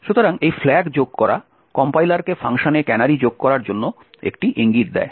সুতরাং এই ফ্ল্যাগ যোগ করা কম্পাইলারকে ফাংশনে ক্যানারি যোগ করার জন্য একটি ইঙ্গিত দেয়